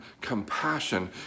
compassion